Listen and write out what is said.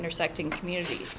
intersecting communities